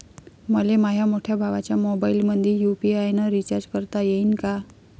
मले माह्या मोठ्या भावाच्या मोबाईलमंदी यू.पी.आय न रिचार्ज करता येईन का?